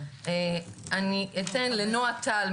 אני אתן לנועה טל,